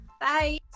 Bye